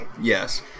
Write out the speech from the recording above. Yes